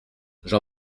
j’en